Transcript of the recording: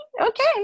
Okay